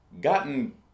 gotten